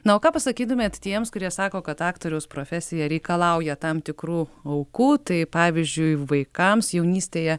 na o ką pasakytumėt tiems kurie sako kad aktoriaus profesija reikalauja tam tikrų aukų tai pavyzdžiui vaikams jaunystėje